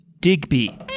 Digby